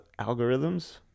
algorithms